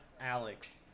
Alex